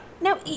No